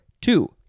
Two